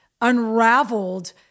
unraveled